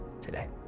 today